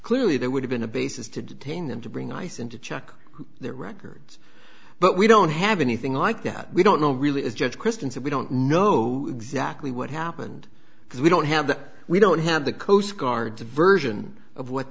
clearly there would have been a basis to detain them to bring ice in to check their records but we don't have anything like that we don't know really is judge christensen we don't know exactly what happened because we don't have the we don't have the coast guard to version of what